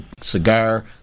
cigar